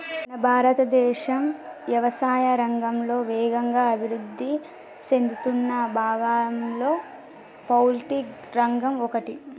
మన భారతదేశం యవసాయా రంగంలో వేగంగా అభివృద్ధి సేందుతున్న విభాగంలో పౌల్ట్రి రంగం ఒకటి